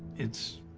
it's